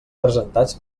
presentats